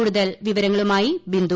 കൂടുതൽ വിവരങ്ങളുമായി ബിന്ദു